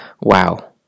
wow